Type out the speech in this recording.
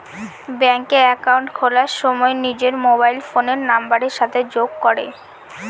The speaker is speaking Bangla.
ব্যাঙ্কে একাউন্ট খোলার সময় নিজের মোবাইল ফোনের নাম্বারের সাথে যোগ করে